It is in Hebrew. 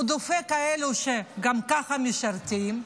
הוא דופק כאלה שגם ככה משרתים,